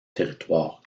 territoire